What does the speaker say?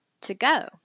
to-go